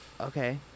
Okay